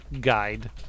guide